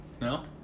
no